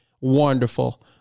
wonderful